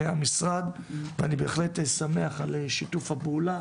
מהמשרד ואני בהחלט שמח על שיתוף הפעולה